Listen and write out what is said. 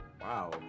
Wow